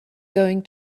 going